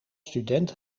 student